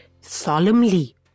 solemnly